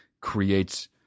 creates